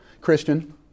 Christian